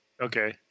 Okay